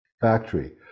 factory